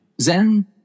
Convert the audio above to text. Zen